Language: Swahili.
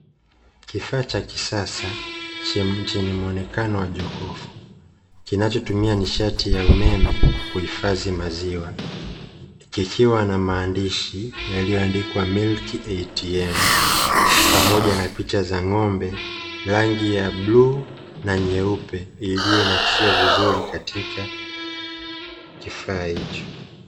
Kifaa cha kisasa chenye muonekano wa jokofu kinachotumia nishati ya umeme kuhifadhi maziwa, kikiwa na maandishi yaliyoandikwa [milk ATM] pamoja na picha za ng'ombe, rangi ya bluu na nyeupe iliyo nakshiwa vizuri katika kifaa hicho.